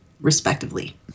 respectively